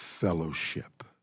fellowship